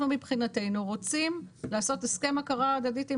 מבחינתנו אנחנו רוצים לעשות הסכם הכרה הדדי עם